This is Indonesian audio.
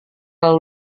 lalu